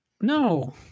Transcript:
No